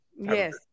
Yes